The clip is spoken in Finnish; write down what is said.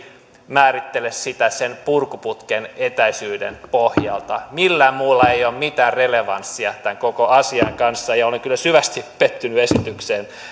määrittele rajaa sen purkuputken etäisyyden pohjalta millään muulla ei ole mitään relevanssia tämän koko asian kanssa ja olen kyllä syvästi pettynyt esitykseen